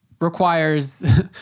requires